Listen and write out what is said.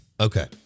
Okay